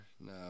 No